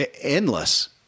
Endless